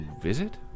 visit